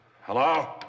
Hello